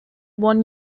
one